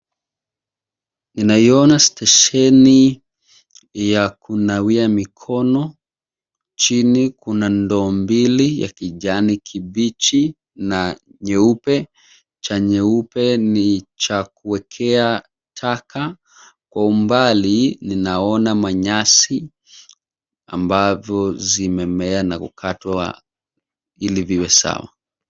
Ninaiona stesheni ya kunawia mikono. Chini kuna ndoo mbili ya kijani kibichi na nyeupe. Cha nyeupe ni cha kuwekea taka. Kwa umbali ninaona manyasi, ambavo zimemea na kukatwa ili viwe sawa.